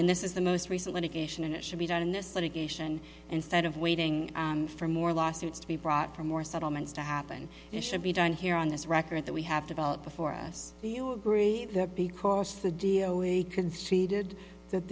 and this is the most recent indication and it should be done in this litigation instead of waiting for more lawsuits to be brought for more settlements to happen it should be done here on this record that we have to bow out before us you agree that because the deal we conceded that